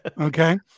Okay